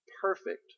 perfect